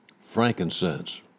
Frankincense